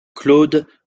claude